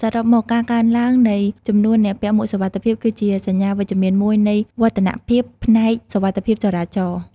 សរុបមក ការកើនឡើងនៃចំនួនអ្នកពាក់មួកសុវត្ថិភាព គឺជាសញ្ញាវិជ្ជមានមួយនៃវឌ្ឍនភាពផ្នែកសុវត្ថិភាពចរាចរណ៍។